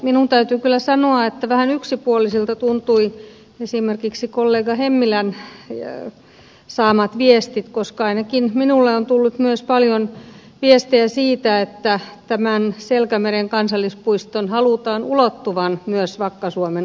minun täytyy kyllä sanoa että vähän yksipuolisilta tuntuivat esimerkiksi kollega hemmilän saamat viestit koska ainakin minulle on tullut myös paljon viestejä siitä että tämän selkämeren kansallispuiston halutaan ulottuvan myös vakka suomen alueelle